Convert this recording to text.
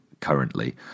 currently